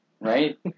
right